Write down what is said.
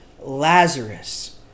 Lazarus